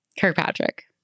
Kirkpatrick